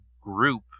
group